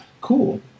cool